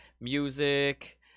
Music